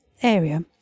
area